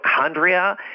mitochondria